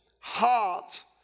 heart